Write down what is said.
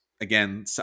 again